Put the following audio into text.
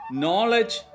knowledge